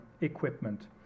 equipment